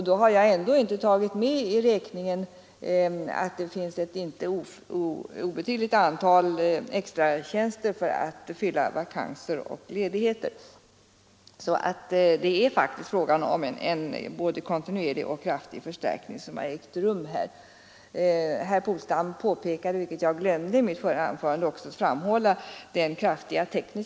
Då har jag ändå inte tagit med att det finns ett inte obetydligt antal extra tjänster för att fylla vakanser och ledigheter. Därför är det faktiskt en både kontinuerlig och kraftig förstärkning som har ägt rum. Herr Polstam påpekade den kraftiga tekniska upprustning som har rum, och den glömde jag att framhålla i mitt förra anförande.